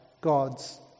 God's